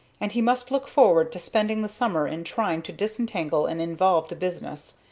and he must look forward to spending the summer in trying to disentangle an involved business,